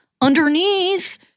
underneath